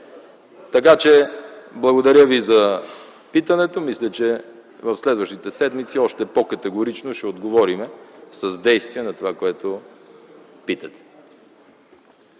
България. Благодаря ви за питането. Мисля, че в следващите седмици още по-категорично ще отговорим с действия на това, което питате.